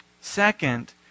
Second